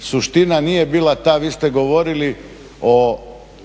suština nije bila ta. Vi ste govorili o